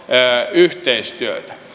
yhteistyötä